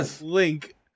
link